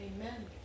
amen